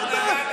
זה שקר.